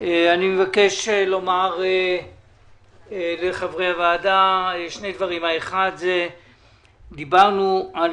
אני מבקש לומר לחברי הוועדה שני דברים: האחד דיברנו עם